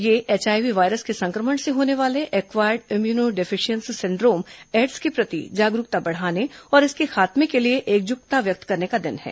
यह HIV virus के संक्रमण से होने वाले acquired immunodeficiency syndrome AIDS के प्रति जागरुकता बढ़ाने और इसके खात्मे के लिये एकजुटता व्यक्त करने का दिन है